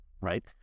right